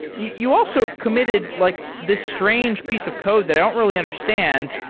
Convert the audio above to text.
you also committed like this strange piece of code that i don't really understand.